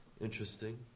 Interesting